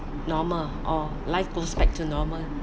normal or life goes back to normal